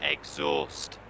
Exhaust